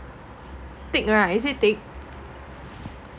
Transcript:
tick [right] is it this